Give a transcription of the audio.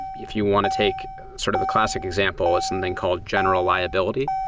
if you want to take sort of a classic example, it's something called general liability,